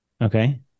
Okay